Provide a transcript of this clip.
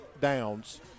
Downs